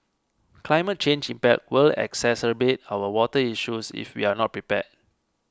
climate change impact will exacerbate our water issues if we are not prepared